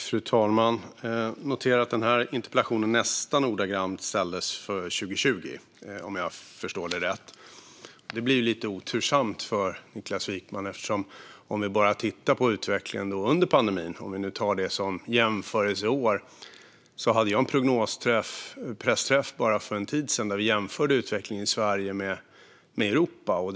Fru talman! Jag noterar att denna interpellation nästan ordagrant ställdes 2020, om jag förstår det rätt. Det blir lite otursamt för Niklas Wykman om vi tittar på utvecklingen under pandemin och tar detta som jämförelseår. Jag hade en pressträff för en tid sedan där utvecklingen i Sverige jämfördes med utvecklingen i Europa.